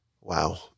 Wow